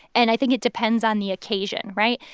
and i think it depends on the occasion, right?